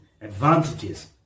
advantages